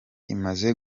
imaze